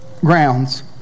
grounds